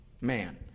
man